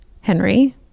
Henry